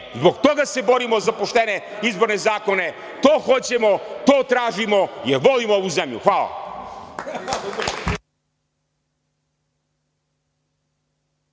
zbog toga se borimo za poštene izborne zakone. To hoćemo, to tražimo, jer volimo ovu zemlju. Hvala.